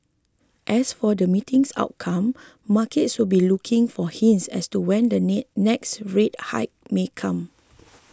as for the meeting's outcome markets will be looking for hints as to when the next rate hike may come